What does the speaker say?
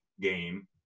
game